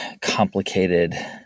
complicated